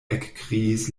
ekkriis